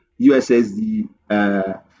USSD